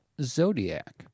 Zodiac